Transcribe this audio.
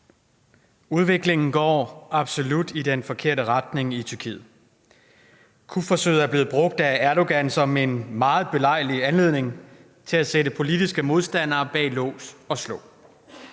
Udviklingen går absolut i den forkerte retning i Tyrkiet. Kupforsøget er blevet brugt af Erdogan som en meget belejlig anledning til at sætte politiske modstandere bag lås og slå.